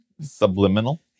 Subliminal